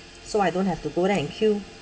so I don't have to go there and queue